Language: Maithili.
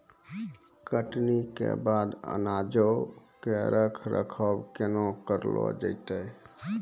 कटनी के बाद अनाजो के रख रखाव केना करलो जैतै?